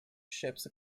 ships